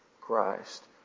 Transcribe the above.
christ